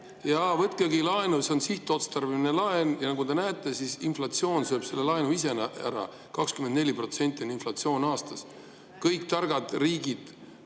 Jaa, võtkegi laenu, see on sihtotstarbeline laen. Nagu te näete, inflatsioon sööb selle laenu ise ära. 24% on inflatsioon aastas. Kõik targad riigid